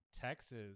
Texas